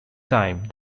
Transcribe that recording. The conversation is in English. time